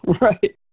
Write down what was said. Right